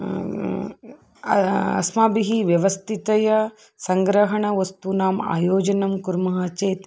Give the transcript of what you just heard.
अस्माभिः व्यवस्थिततया सङ्ग्रहणवस्तूनाम् आयोजनं कुर्मः चेत्